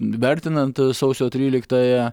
vertinant sausio tryliktąją